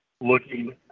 looking